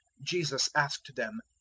jesus asked them,